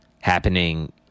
Happening